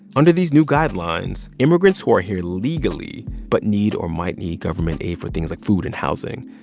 under these new guidelines, immigrants who are here legally but need or might need government aid for things like food and housing,